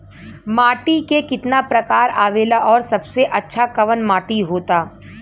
माटी के कितना प्रकार आवेला और सबसे अच्छा कवन माटी होता?